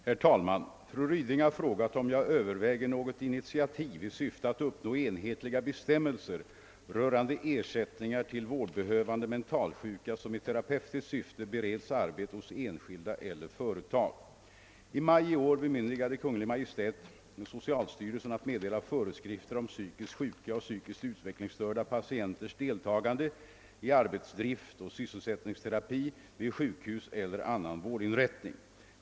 Herr talman! Fru Ryding har frågat om jag överväger något initiativ i syfte att uppnå enhetliga bestämmelser rörande ersättningar till vårdbehövande mentalsjuka som i terapeutiskt syfte bereds arbete hos enskilda eller företag. I maj i år bemyndigade Kungl. Maj:t socialstyrelsen att meddela föreskrifter om psykiskt sjuka och psykiskt utvecklingsstörda patienters deltagande i arbetsdrift och sysselsättningsterapi vid sjukhus eller annan vårdinrättning.